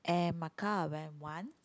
and Macau I went one